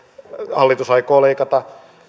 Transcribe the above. hallitus aikoo leikata